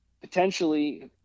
Potentially